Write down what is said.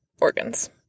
organs